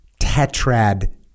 tetrad